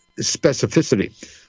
specificity